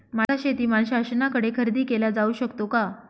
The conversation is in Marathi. माझा शेतीमाल शासनाकडे खरेदी केला जाऊ शकतो का?